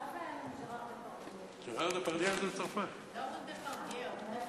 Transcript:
אדוני היושב-ראש, היום